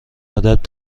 عادت